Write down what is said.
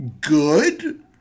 good